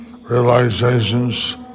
realizations